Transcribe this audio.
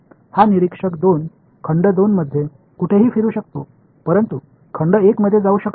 हा निरीक्षक 2 खंड 2 मध्ये कुठेही फिरू शकतो परंतु खंड 1 मध्ये जाऊ शकत नाही